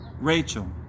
Rachel